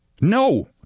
No